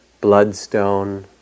bloodstone